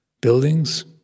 buildings